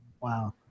Wow